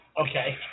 Okay